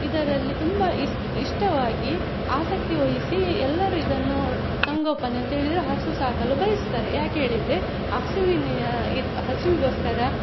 ಇದರಲ್ಲಿ ತುಂಬ ಇಷ್ ಇಷ್ಟವಾಗಿ ಆಸಕ್ತಿ ವಹಿಸಿ ಎಲ್ಲರು ಇದನ್ನು ಸಂಗೋಪನೆ ಅಂಥೇಳಿದ್ರೆ ಹಸು ಸಾಕಲು ಬಯಸುತ್ತಾರೆ ಏಕೆ ಹೇಳಿದ್ರೆ ಆ ಹಸುವಿನ ಇದು ಹಸುವಿಗೋಸ್ಕರ